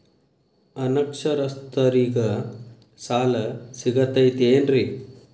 ಅನಕ್ಷರಸ್ಥರಿಗ ಸಾಲ ಸಿಗತೈತೇನ್ರಿ?